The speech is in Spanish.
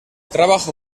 trabajo